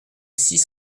six